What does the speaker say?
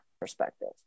perspective